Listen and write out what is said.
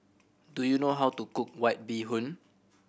do you know how to cook White Bee Hoon